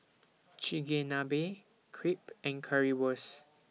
Chigenabe Crepe and Currywurst